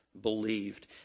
believed